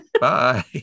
Bye